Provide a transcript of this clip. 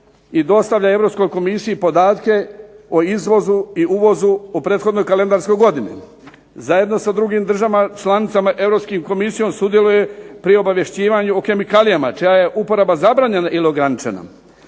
i dostavlja Europskoj Komisiji podatke o izvozu i uvozu o prethodnoj kalendarskoj godini, zajedno sa drugim državama članicama, Europskom Komisijom sudjeluje pri obavješćivanju o kemikalijama, čija je uporaba zabranjena ili ograničena,